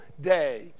day